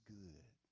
good